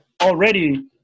already